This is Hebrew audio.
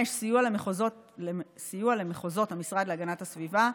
5. סיוע למחוזות המשרד להגנת הסביבה,